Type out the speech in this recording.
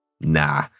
Nah